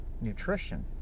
nutrition